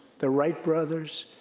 the wright brothers,